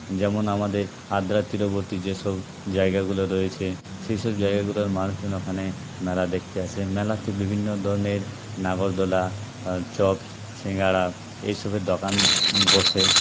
যেমন আমাদের আদ্রার তীরবর্তী যেসব জায়গাগুলো রয়েছে সেইসব জায়গাগুলোর মানুষজন ওখানে মেলা দেখতে আসে মেলাতে বিভিন্ন ধরনের নাগরদোলা চপ শিঙ্গাড়া এইসবের দোকান বসে